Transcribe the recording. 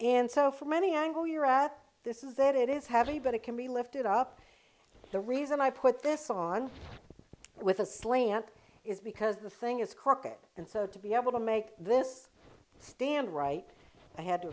and so for many angle year at this is that it is heavy but it can be lifted up the reason i put this on with a slant is because the thing is cricket and so to be able to make this stand right i had to